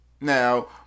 Now